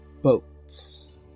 boats